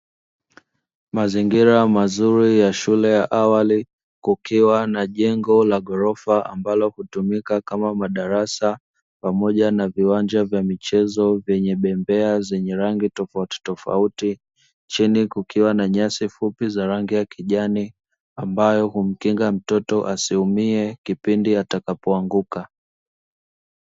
Mazingira mazuri ya shule ya awali kukiwa na jengo la ghorofa ambalo hutumika kama madarasa pamoja na viwanja vya michezo vyenye bembea zenye rangi tofautitofauti, chini kukiwa na nyasi fupi za rangi ya kijani ambayo humkinga mtoto asiumie kipindi atakapoanguka.